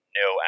no